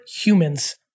humans